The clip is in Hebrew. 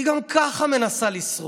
היא גם ככה מנסה לשרוד.